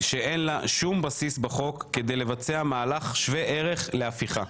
שאין לה שום בסיס בחוק כדי לבצע מהלך שווה ערך להפיכה.